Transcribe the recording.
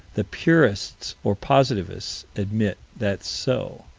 the purists, or positivists, admit that's so.